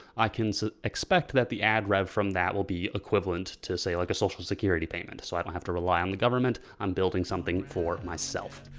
i can expect that the ad rev from that will be equivalent to say like a social security payment. so i don't have to rely on the government. i'm building something for myself.